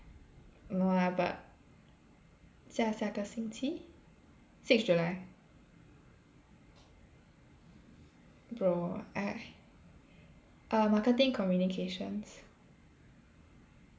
no lah but 下下个星期 six July bro I err marketing communications